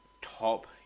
top